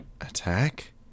Attack